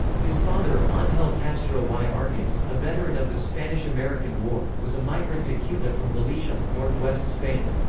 his father, um angel castro y argiz, a veteran of the spanish-american war, was a migrant to cuba from galicia, northwest spain.